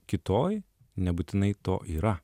kitoj nebūtinai to yra